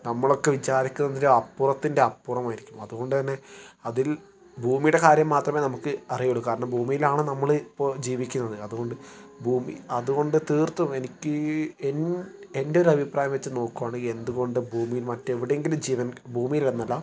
നമ്മൾ ഒക്കെ വിചാരിക്കുന്നതിനും അപ്പുറത്തിന്റെ അപ്പുറം ആയിരിക്കും അതുകൊണ്ടുതന്നെ അതിൽ ഭൂമിയുടെ കാര്യം മാത്രമേ നമുക്ക് അറിയുള്ളൂ കാരണം ഭൂമിയിലാണ് നമ്മൾ ഇപ്പോൾ ജീവിക്കുന്നത് അതുകൊണ്ട് ഭൂമി അതുകൊണ്ട് തീർത്തും എനിക്ക് എൻ എന്റെ ഒരു അഭിപ്രായം വെച്ച് നോക്കുവാണെങ്കിൽ എന്തുകൊണ്ടും ഭൂമിയിൽ മറ്റ് എവിടെയെങ്കിലും ജീവൻ ഭൂമിയിൽ എന്നല്ല